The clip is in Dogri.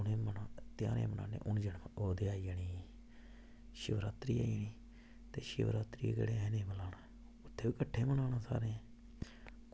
ध्यारें गी मनांदे ओह् ते आई जानी ही ते शिवरात्री आई जानी ही पर शिवरात्री पर एह् निं बनाना ते उत्थें बी औना सारें